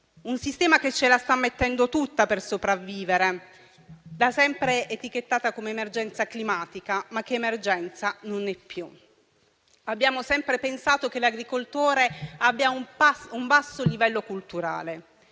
un sistema che ce la sta mettendo tutta per sopravvivere. Quella climatica è da sempre etichettata come emergenza, ma emergenza non è più. Abbiamo sempre pensato che l'agricoltore abbia un basso livello culturale;